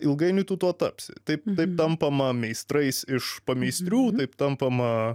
ilgainiui tu tuo tapsi taip taip tampama meistrais iš pameistrių taip tampama